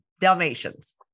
Dalmatians